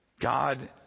God